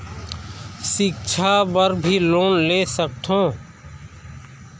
सिक्छा बर भी लोन ले सकथों?